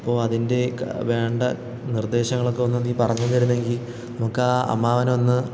അപ്പോൾ അതിൻ്റെ വേണ്ട നിർദ്ദേശങ്ങളൊക്ക ഒന്ന് നീ പറഞ്ഞു തന്നിരുന്നെങ്കിൽ നമുക്ക് ആ അമ്മാവനെ ഒന്ന്